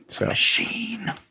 Machine